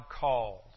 called